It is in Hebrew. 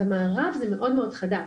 במערב זה מאוד חדש.